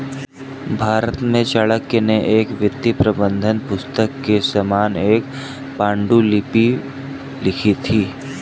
भारत में चाणक्य ने एक वित्तीय प्रबंधन पुस्तक के समान एक पांडुलिपि लिखी थी